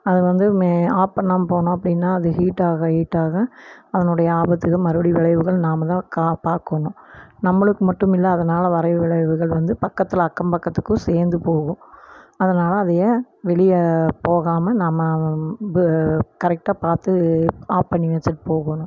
அதை வந்து மே ஆப் பண்ணாமல் போனோம் அப்படின்னா அது ஹீட்டாக ஹீட்டாக அதனுடைய ஆபத்துங்க மறுபடியும் விளைவுகள் நாம் தான் கா பாக்கணும் நம்மளுக்கு மட்டும் இல்லை அதனால் வர விளைவுகள் வந்து பக்கத்தில் அக்கம் பக்கத்துக்கும் சேர்ந்து போகும் அதனால் அதையே வெளியே போகாமல் நம்ம பு கரெக்டாக பார்த்து ஆப் பண்ணி வச்சிட்டு போகணும்